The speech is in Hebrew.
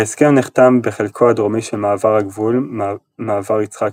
ההסכם נחתם בחלקו הדרומי של מעבר הגבול מעבר יצחק